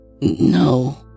No